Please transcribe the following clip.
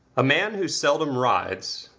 a man who seldom rides,